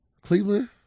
Cleveland